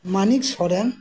Manik Soren